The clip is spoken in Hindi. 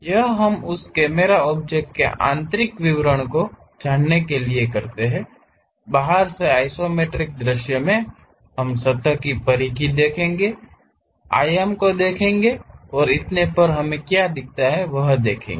यह हम उस कैमरा ऑब्जेक्ट के आंतरिक विवरणों को जानने के लिए करते हैं बाहर से आइसोमेट्रिक दृश्य में हम सतह की परिधि देखेंगे आयाम को देखेंगेऔर इतने पर क्या हैं यह देखेंगे